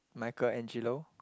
Michael Angelo